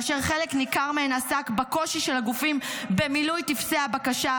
כאשר חלק ניכר מהן עסק בקושי של הגופים במילוי טופסי הבקשה,